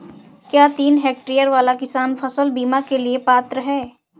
क्या तीन हेक्टेयर वाला किसान फसल बीमा के लिए पात्र हैं?